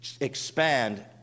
expand